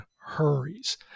hurries